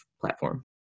platform